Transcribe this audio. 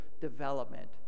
development